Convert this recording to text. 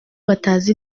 batazi